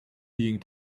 being